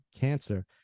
cancer